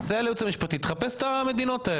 תסייע לייעוץ המשפטי ותחפש את המדינות האלה.